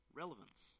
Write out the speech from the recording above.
relevance